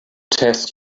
test